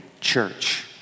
church